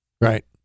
Right